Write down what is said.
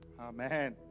Amen